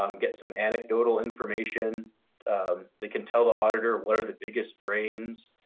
um get some anecdotal information that can tell the auditor what are the biggest drains